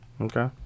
Okay